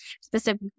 specific